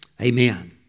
Amen